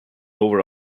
over